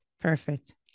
Perfect